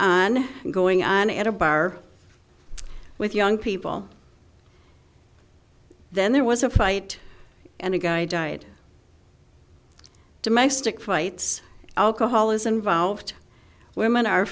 going on at a bar with young people then there was a fight and a guy died domestic fights alcoholism involved women are